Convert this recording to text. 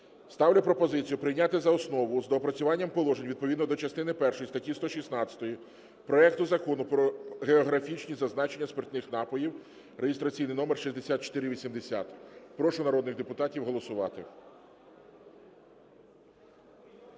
Ставлю пропозицію прийняти за основу з доопрацюванням положень відповідно до частини першої статті 116 проекту Закону про географічні зазначення спиртних напоїв (реєстраційний номер 6480). Прошу народних депутатів голосувати.